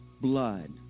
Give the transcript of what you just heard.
blood